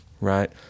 right